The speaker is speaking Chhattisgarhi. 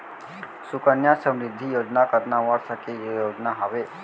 सुकन्या समृद्धि योजना कतना वर्ष के योजना हावे?